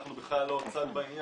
אנחנו בכלל לא צד בעניין.